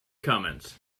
comments